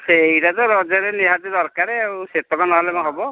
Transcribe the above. ସେଇଟା ତ ରଜରେ ନିହାତି ଦରକାର ଆଉ ସେତିକି ନହେଲେ କ'ଣ ହେବ